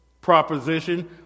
proposition